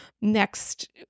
next